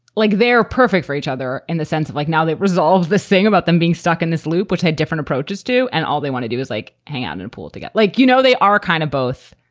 like they're perfect for each other in the sense of like now that resolves this thing about them being stuck in this loop, which had different approaches do and all they want to do is like hang on and pool to get like, you know, they are kind of both.